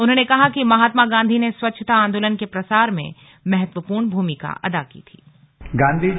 उन्होंने कहा कि महात्मा गांधी ने स्वच्छता आंदोलन के प्रसार में महत्वंपूर्ण भूमिका अदा की थी